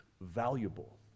valuable